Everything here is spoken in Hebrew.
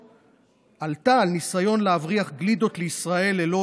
ועלתה על ניסיון להבריח גלידות לישראל ללא